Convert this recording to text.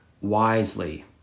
wisely